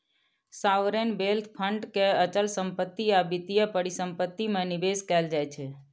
sovereign wealth fund के अचल संपत्ति आ वित्तीय परिसंपत्ति मे निवेश कैल जाइ छै